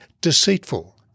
deceitful